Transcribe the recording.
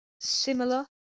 similar